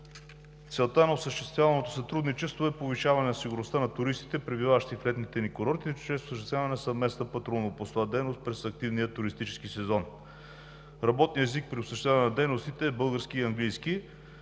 Целта на осъществяваното сътрудничество е повишаване на сигурността на туристите, пребиваващи в летните ни курорти чрез осъществяване на съвместна патрулно-постова дейност през активния туристически сезон. Работните езици при осъществяване на дейностите са български и английски.